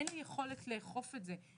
אין לי יכולת לאכוף הזה.